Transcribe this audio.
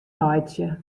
laitsje